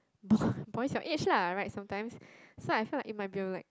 boy boys your age lah right sometimes so I feel like it might be a like